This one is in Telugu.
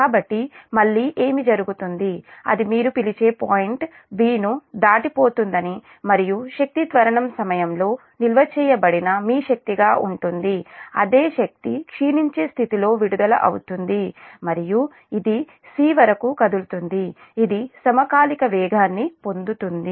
కాబట్టి మళ్ళీ ఏమి జరుగుతుంది అది మీరు పిలిచే పాయింట్ 'b' ను దాటిపోతుందని మరియు శక్తి త్వరణం సమయంలో నిల్వ చేయబడిన మీ శక్తి గా ఉంటుంది అదే శక్తి క్షీణించే స్థితిలో విడుదల అవుతుంది మరియు ఇది 'c' వరకు కదులుతుంది ఇది సమకాలిక వేగాన్ని పొందుతుంది